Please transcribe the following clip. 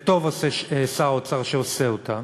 וטוב עושה שר האוצר שהוא עושה אותו,